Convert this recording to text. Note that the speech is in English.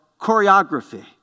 choreography